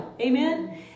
amen